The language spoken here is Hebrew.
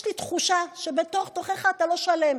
יש לי תחושה שבתוך-תוכך אתה לא שלם.